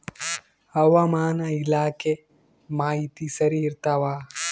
ಹವಾಮಾನ ಇಲಾಖೆ ಮಾಹಿತಿ ಸರಿ ಇರ್ತವ?